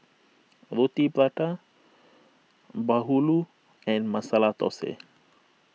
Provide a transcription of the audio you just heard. Roti Prata Bahulu and Masala Thosai